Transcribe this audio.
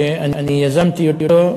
שאני יזמתי אותו,